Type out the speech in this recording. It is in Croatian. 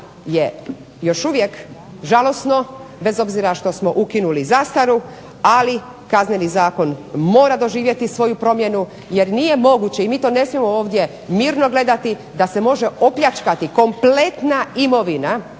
je još uvijek žalosno bez obzira što smo ukinuli zastaru ali Kazneni zakon mora doživjeti svoju promjenu jer nije moguće i mi to ne smijemo ovdje mirno gledati da se može opljačkati kompletna imovina